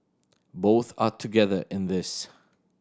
both are together in this